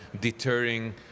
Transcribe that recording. deterring